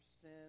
sin